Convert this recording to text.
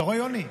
אתה רואה, יוני?